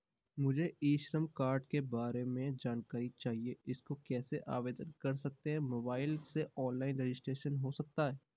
मुझे e Shram card के बारे में जानकारी चाहिए इसको कैसे आवेदन कर सकते हैं मोबाइल से ऑनलाइन रजिस्ट्रेशन हो सकता है?